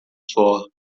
suor